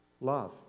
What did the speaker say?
love